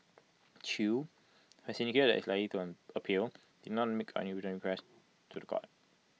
chew who has indicated that he is likely to appeal did not make any written to The Court